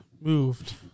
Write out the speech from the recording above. moved